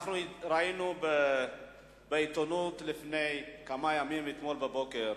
אנחנו ראינו בעיתונות לפני כמה ימים ואתמול בבוקר,